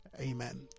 Amen